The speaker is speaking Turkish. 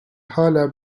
hala